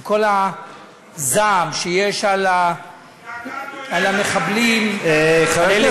עם כל הזעם שיש על המחבלים, התגעגענו אליך, גפני.